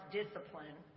discipline